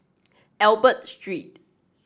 Albert Street